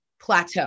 plateau